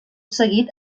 seguit